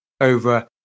over